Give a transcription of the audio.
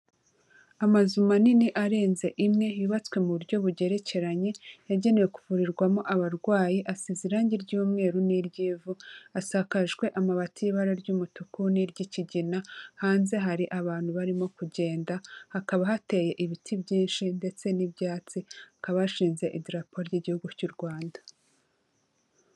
Amazu manini arenze imwe yubatswe mu buryo bugerekeranye, yagenewe kuvurirwamo abarwayi asize irangi ry'umweru n'iry'ivu, asakajwe amabati y'ibara ry'umutuku n'iry'ikigina, hanze hari abantu barimo kugenda hakaba hateye ibiti byinshi ndetse n'ibyatsi, hakaba hashinze idarapo ry'igihugu cy'u Rwanda.